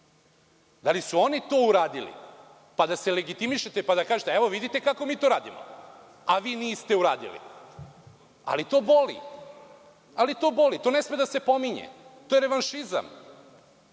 Da li su oni to uradili, pa da se legitimišete, pa da kažete – evo, vidite kako mi to radimo, a vi niste uradili? To boli i to ne sme da se pominje, to je revanšizam.